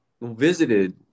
visited